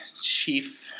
chief